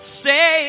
say